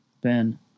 Ben